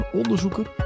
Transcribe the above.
onderzoeker